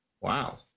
Wow